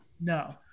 No